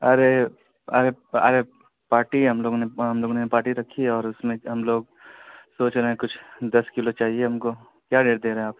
ارے ارے ارے پارٹی ہے ہم لوگوں نے ہم لوگوں نے پارٹی رکھی ہے اور اس میں ہم لوگ سوچ رہے ہیں کچھ دس کلو چاہیے ہم کو کیا ریٹ دے رہے ہیں آپ